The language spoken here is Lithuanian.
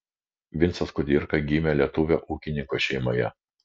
vincas kudirka gimė lietuvio ūkininko šeimoje